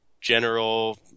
general